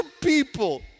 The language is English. People